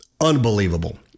unbelievable